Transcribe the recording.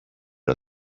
dig